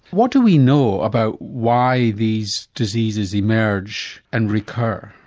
what do we know about why these diseases emerge and recur?